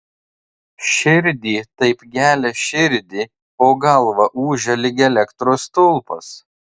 širdį taip gelia širdį o galva ūžia lyg elektros stulpas